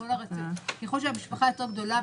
וככל שהמשפחה יותר גדולה,